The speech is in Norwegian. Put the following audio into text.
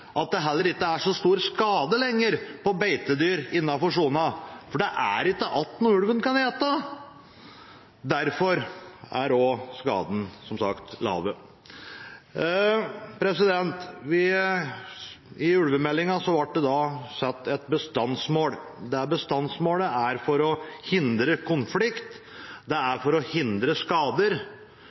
blir det heller ikke gjort så stor skade lenger på beitedyr innenfor sona, for det er ikke noen igjen som ulven kan spise – og derfor er skadene som sagt få. I ulvemeldingen ble det satt et bestandsmål. Det bestandsmålet er satt for å hindre konflikt, det er satt for å hindre skader,